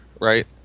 right